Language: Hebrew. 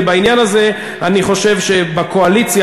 ובעניין הזה אני חושב שבקואליציה,